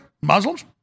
Muslims